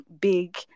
big